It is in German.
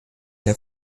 der